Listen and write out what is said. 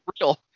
real